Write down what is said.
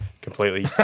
completely